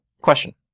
question